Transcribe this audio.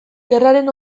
gerraren